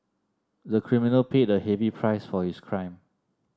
the criminal paid a heavy price for his crime